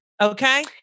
okay